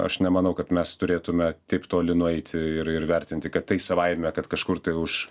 aš nemanau kad mes turėtume taip toli nueiti ir ir vertinti kad tai savaime kad kažkur tai už